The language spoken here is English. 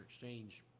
exchange